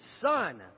son